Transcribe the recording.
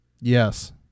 Yes